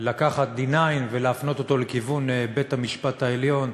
לקחת D9 ולהפנות אותו לכיוון בית-המשפט העליון,